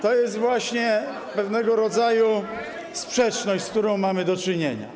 To jest właśnie pewnego rodzaju sprzeczność, z którą mamy do czynienia.